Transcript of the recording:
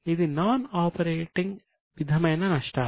కావున ఇది non operating విధమైన నష్టాలు